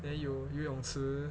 then 有游泳池